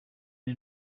men